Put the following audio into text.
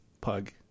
pug